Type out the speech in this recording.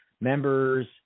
members